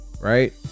Right